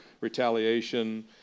retaliation